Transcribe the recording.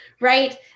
right